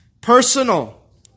Personal